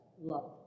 love